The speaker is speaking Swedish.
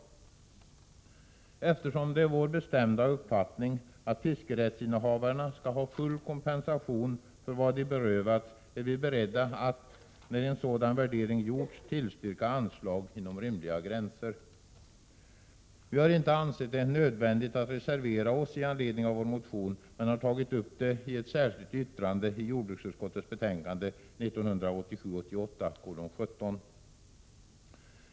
Eftersom det är vår bestämda uppfattning att fiskerättsinnehavarna skall ha full kompensation för vad de berövats, är vi beredda att, när en sådan värdering gjorts, tillstyrka anslag inom rimliga gränser. Vi har inte ansett det nödvändigt att reservera oss i anledning av vår motion, men har tagit upp frågan i ett särskilt yttrande i jordbruksutskottets betänkande 1987/88:17.